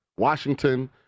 Washington